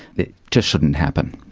it just shouldn't happen.